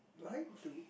light blue